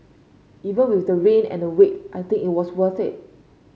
even with the rain and the wait I think it was worth it